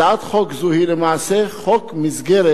הצעת חוק זו היא למעשה חוק מסגרת,